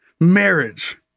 marriage